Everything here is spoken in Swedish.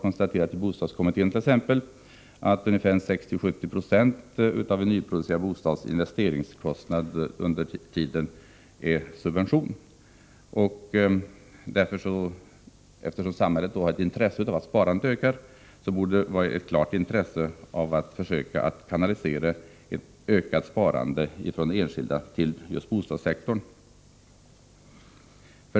I bostadskommittén har det konstaterats att 60-70 26 av en nyproducerad bostads investeringskostnad över tiden är subvention. Eftersom samhället har ett intresse av att sparandet ökar, borde det finnas ett klart intresse av att försöka kanalisera ett ökat sparande från enskilda till just bostadssektorn. 5.